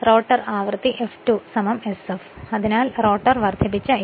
rotor ആവൃത്തി ഇപ്പോൾ F2 sf ആയി മാറുന്നു അതിനാൽ റോട്ടർ വർദ്ധിപ്പിച്ച ഇ